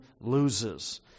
loses